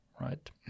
right